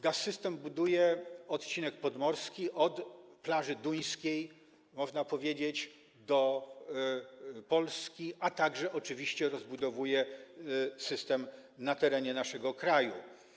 Gaz-System buduje odcinek podmorski od plaży duńskiej, można powiedzieć, do Polski, a także oczywiście rozbudowuje system na terenie naszego kraju.